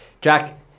Jack